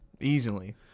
Easily